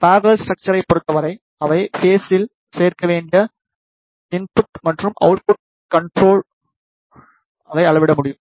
parallel ஸ்ட்ரக்ச்சரை பொறுத்தவரை அவை பேஸில் சேர்க்க வேண்டிய இன்புட் மற்றும் அவுட்புட் கர்ரேண்டால் அதை அளவிட முடியும்